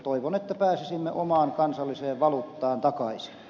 toivon että pääsisimme omaan kansalliseen valuuttaan takaisin